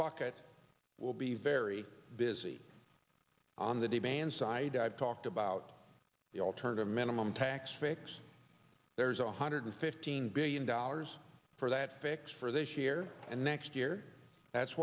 bucket will be very busy on the demand side i've talked about the alternative minimum tax fix there's one hundred fifteen billion dollars for that fix for this year and next year that's